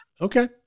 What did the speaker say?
Okay